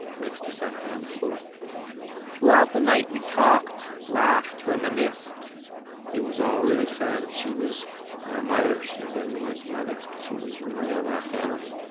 next to savta on the floor throughout the night we talked, laughed, reminisced it was all really sad. she was our mother, she was everyone's mother. she was the mother of our family